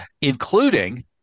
including